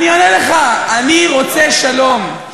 אני אראה לך, אני רוצה שלום.